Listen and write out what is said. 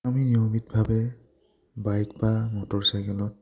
আমি নিয়মিতভাৱে বাইক বা মটৰচাইকেলত